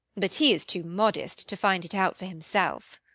but he is too modest to find it out for himself.